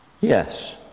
Yes